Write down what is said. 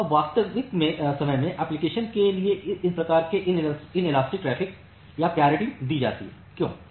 अब वास्तविक समय के एप्लीकेशन के लिए इन प्रकार के इन इलास्टिक ट्रैफ़िक को प्रायोरिटी दी जाती है क्यों